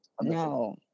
no